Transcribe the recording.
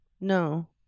No